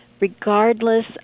regardless